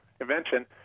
invention